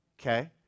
okay